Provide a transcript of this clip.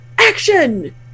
action